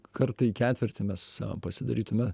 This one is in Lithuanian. kartą į ketvirtį mes pasidarytume